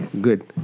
Good